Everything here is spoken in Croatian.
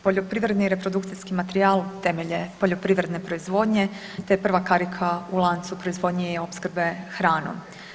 Poljoprivredni reprodukcijski materijal temelj je poljoprivredne proizvodnje te je prva karika u lancu proizvodnje i opskrbe hranom.